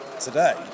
today